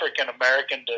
African-American